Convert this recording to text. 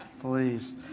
please